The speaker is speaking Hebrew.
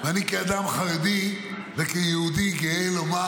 ואני כאדם חרדי וכיהודי גאה לומר,